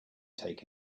take